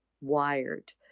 wired